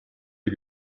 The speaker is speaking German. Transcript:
ihr